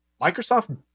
Microsoft